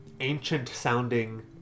ancient-sounding